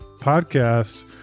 podcast